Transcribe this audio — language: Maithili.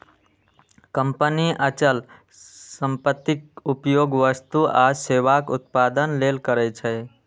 कंपनी अचल संपत्तिक उपयोग वस्तु आ सेवाक उत्पादन लेल करै छै